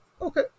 Okay